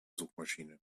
suchmaschine